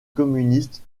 communistes